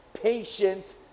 patient